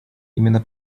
именно